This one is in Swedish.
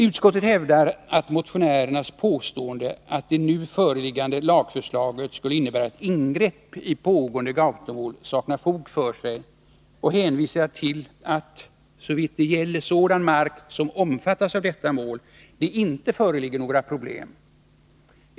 Utskottet hävdar att motionärernas påstående att det nu föreliggande lagförslaget skulle innebära ett ingrepp i pågående Gautomål saknar fog för sig och hänvisar till att, såvitt det gäller sådan mark som omfattas av detta mål, det inte föreligger några problem.